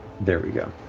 there we go.